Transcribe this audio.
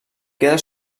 queda